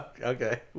Okay